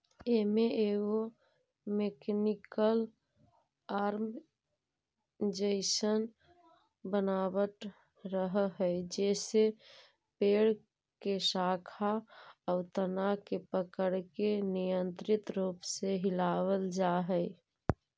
एमे एगो mechanical arm जइसन बनावट रहऽ हई जेसे पेड़ के शाखा आउ तना के पकड़के नियन्त्रित रूप से हिलावल जा हई